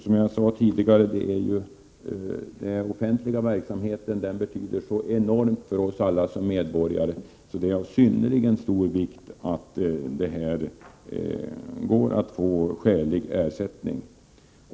Som jag sade tidigare betyder den offentliga verksamheten så enormt mycket för oss medborgare att det är av synnerligen stor vikt att det blir möjligt att få skälig ersättning.